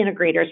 integrators